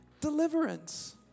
deliverance